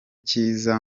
cyiza